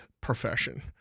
profession